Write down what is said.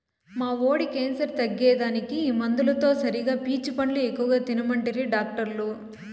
మా వోడి క్యాన్సర్ తగ్గేదానికి మందులతో సరిగా పీచు పండ్లు ఎక్కువ తినమంటిరి డాక్టర్లు